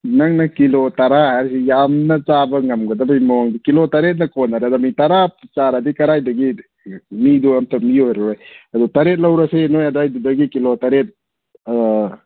ꯅꯪꯅ ꯀꯤꯂꯣ ꯇꯔꯥ ꯍꯥꯏꯔꯤꯁꯤ ꯌꯥꯝꯅ ꯆꯥꯕ ꯉꯝꯒꯗꯕꯒꯤ ꯃꯑꯣꯡꯗ ꯀꯤꯂꯣ ꯇꯔꯦꯠꯅ ꯀꯣꯟꯅꯔꯗꯝꯅꯤ ꯇꯔꯥ ꯆꯥꯔꯗꯤ ꯀꯔꯥꯏꯗꯒꯤ ꯃꯤꯗꯣ ꯑꯝꯇ ꯃꯤ ꯑꯣꯏꯔꯔꯣꯏ ꯑꯗꯣ ꯇꯔꯦꯠ ꯂꯧꯔꯁꯦ ꯅꯣꯏ ꯑꯗꯥꯏꯗꯨꯗꯒꯤ ꯀꯤꯂꯣ ꯇꯔꯦꯠ ꯑꯥ